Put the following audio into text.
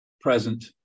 present